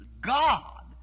God